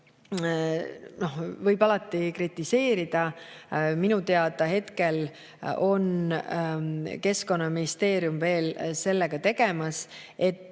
võib alati kritiseerida. Minu teada hetkel on Keskkonnaministeerium veel sellega tegelemas.